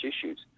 issues